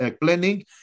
planning